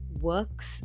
works